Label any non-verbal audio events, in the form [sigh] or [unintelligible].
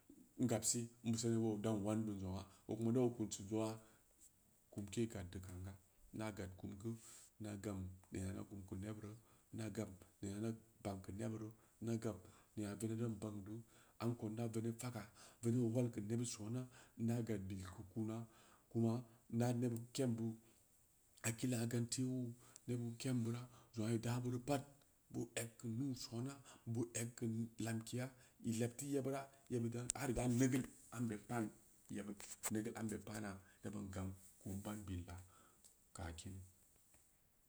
In gab se in beu seni geu da o wan beun zong'aa ko kuma da o kud jong 'aa kum ke gad deu kan ga inda gad kumku inda gam nena inda kum keu neburu ina gabmnena na bagn keu neburu na gabm nena [unintelligible] dan bang deu am kou inda veneb faga veneb o wat keu neneb sona inda gad bil kona kuma inda nebud keem buu hakkila gante wuu nebud keem bura jong aa ida beuri pat boo eg keu nuu sona boo eg keu lamkeya i leb teu yebura yebeb da har idan nigil ambe paan yebud nigil ambe paana da ban gam ko in ban billa ka kiin